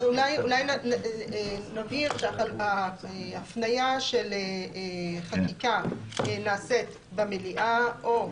אז אולי נבהיר ככה: הפנייה של חקיקה נעשית במליאה או,